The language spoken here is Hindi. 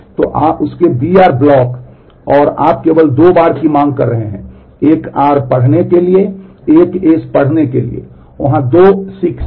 तो उस के br ब्लॉक और आप केवल दो बार की मांग कर रहे हैं एक r पढ़ने के लिए एक s पढ़ने के लिए वहाँ 2 सीक्स है